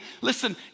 listen